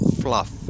fluff